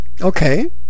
okay